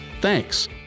Thanks